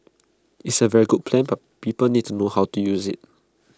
is A very good plan but people need to know how to use IT